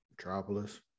Metropolis